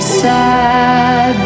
sad